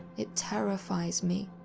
it terrifies me,